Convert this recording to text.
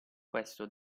questo